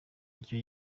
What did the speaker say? icyo